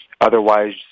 Otherwise